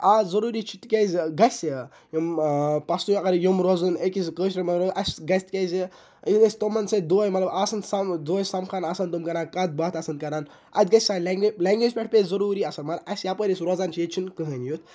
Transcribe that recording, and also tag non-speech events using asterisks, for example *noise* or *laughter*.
آ ضروٗری چھُ تکیازِ گَژھِ *unintelligible* اَسہِ گَژھِِ تکیازِ اَسہِ گَژھِ تِمَن سۭتۍ دۄہاے مَطلَب آسُن سَمہ دۄہاے سَمکھان آسَن تِم کَران کَتھ باتھ آسَن کَران اَتہِ گَژھِ سانہِ لینٛگویٚج پیٚٹھ پیٚیہِ ضروٗری اَثَر مَگر اَسہِ یَپٲرۍ أسۍ روزان چھِ ییٚتہِ چھُنہٕ کہینۍ یُتھ